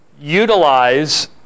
utilize